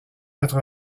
quatre